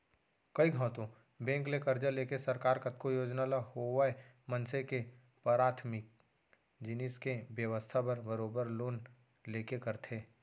कइ घौं तो बेंक ले करजा लेके सरकार कतको योजना ल होवय मनसे के पराथमिक जिनिस के बेवस्था बर बरोबर लोन लेके करथे